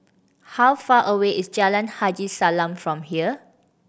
how far away is Jalan Haji Salam from here